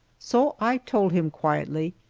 so i told him quietly,